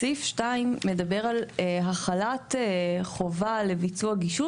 סעיף 2 מדבר על החלת חובה לביצוע גישוש